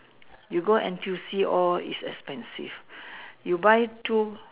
you go N_T_U_C all is expensive you buy two